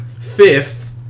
fifth